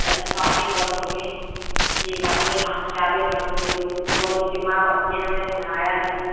तभी तो आगे बढ़ोगे नहीं बाद में कहाँ से आगे बढ़ोगे बोलेंगे माँ बाप ने हमें पढ़ाया नहीं